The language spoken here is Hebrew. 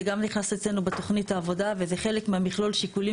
זה גם נכנס אצלנו בתוכנית העבודה וזה חלק ממכלול השיקולים